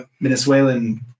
venezuelan